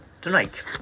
tonight